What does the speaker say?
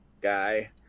guy